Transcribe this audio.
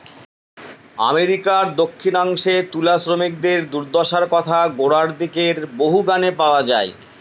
আমেরিকার দক্ষিনাংশে তুলা শ্রমিকদের দূর্দশার কথা গোড়ার দিকের বহু গানে পাওয়া যায়